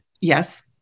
Yes